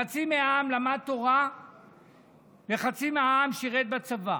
חצי מהעם למד תורה וחצי מהעם שירת בצבא.